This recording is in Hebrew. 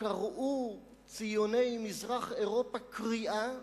קרעו ציוני מזרח-אירופה קריעה,